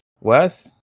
Wes